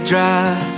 Drive